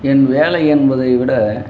என் வேலை என்பதை விட